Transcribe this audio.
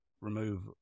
remove